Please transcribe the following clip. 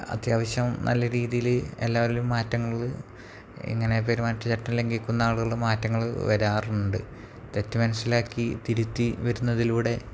അത്യാവശ്യം നല്ല രീതിയില് എല്ലാവരിലും മാറ്റങ്ങള് ഇങ്ങനെ പെരുമാറ്റ ചട്ടം ലംഘിക്കുന്ന ആളുകള് മാറ്റങ്ങള് വരാറുണ്ട് തെറ്റു മനസ്സിലാക്കി തിരുത്തി വരുന്നതിലൂടെ